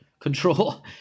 Control